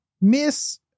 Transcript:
miss